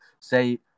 Say